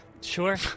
Sure